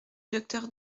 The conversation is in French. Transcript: docteur